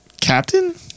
Captain